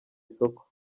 isoko